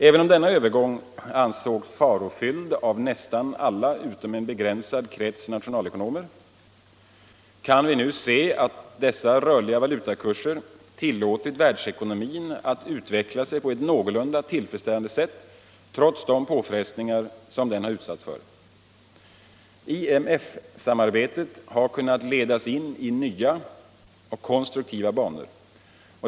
Även om denna övergång ansågs farofylld av nästan alla utom en begränsad krets nationalekonomer kan vi nu se att dessa rörliga valutakurser tillåtit världsekonomin att utveckla sig på ett någorlunda tiltfredsställande sätt trots de påfrestningar som den utsatts för. IMF-samarbetet har kunnat ledas in i nya och konstruktiva banor.